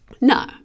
no